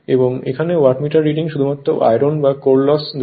এবং এখানে wattmeter reading শুধুমাত্র আয়রন বা কোর লস দেয়